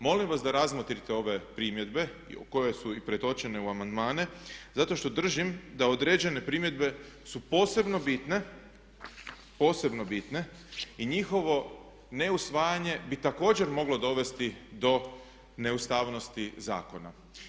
Molim vas da razmotrite ove primjedbe koje su i pretočene u amandmane zato što držim da određene primjedbe su posebno bitne, posebno bitne i njihovo neusvajanje bi također moglo dovesti do neustavnosti zakona.